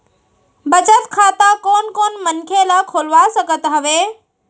बचत खाता कोन कोन मनखे ह खोलवा सकत हवे?